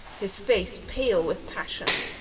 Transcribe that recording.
his face pale with passion.